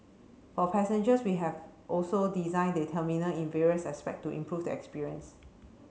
for passengers we have also designed the terminal in various aspect to improve the experience